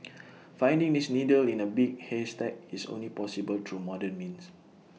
finding this needle in A big haystack is only possible through modern means